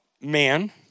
man